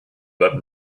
that